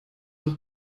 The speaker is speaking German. noch